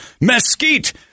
mesquite